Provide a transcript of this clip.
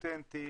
אותנטי,